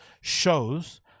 shows